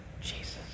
Jesus